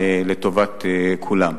לטובת כולם.